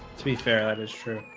to be fair that is true.